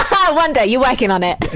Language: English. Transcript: um ah one day, you're working on it.